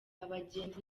abagenzi